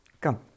Come